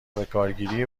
بکارگیری